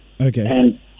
Okay